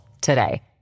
today